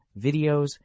videos